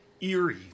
eerie